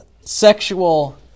sexual